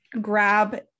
grab